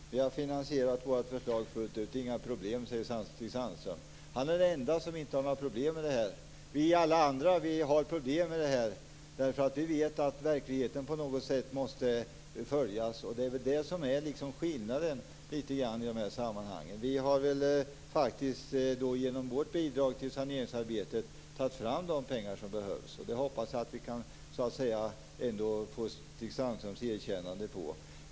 Fru talman! Vi har finansierat våra förslag fullt ut, så det är inga problem, säger Stig Sandström. Han är den enda som inte har något problem med finansieringen. Alla vi andra har problem med den därför att vi vet att verkligheten måste följas på något sätt, och det är väl litet grand det som är skillnaden. Vi har genom vårt bidrag till saneringsarbetet tagit fram de pengar som behövs, och det hoppas jag att vi ändå kan få Stig Sandströms erkännande för.